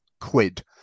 quid